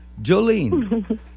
jolene